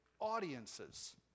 audiences